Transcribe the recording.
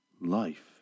Life